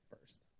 first